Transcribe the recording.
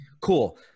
cool